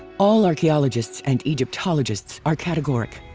all archaeologists and egyptologists are categoric.